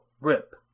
rip